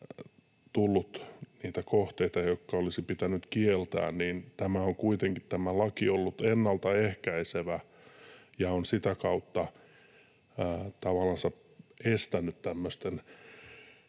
tullut niitä kohteita, jotka olisi pitänyt kieltää, niin tämä laki on kuitenkin ollut ennalta ehkäisevä ja on sitä kautta tavallansa